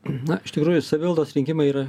na iš tikrųjų savivaldos rinkimai ir